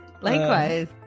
Likewise